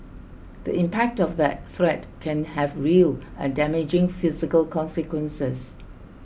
the impact of that threat can have real and damaging physical consequences